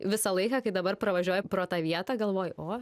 visą laiką kai dabar pravažiuoji pro tą vietą galvoji o